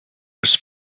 was